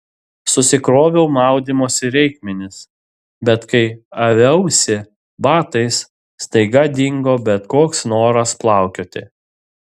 susikroviau maudymosi reikmenis bet kai aviausi batais staiga dingo bet koks noras plaukioti